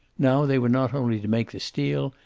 now, they were not only to make the steel,